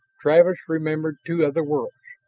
travis remembered two other worlds,